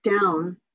down